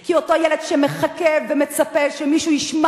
כי אותו ילד שמחכה ומצפה שמישהו ישמע